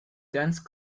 dense